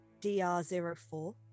DR04